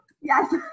Yes